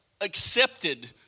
accepted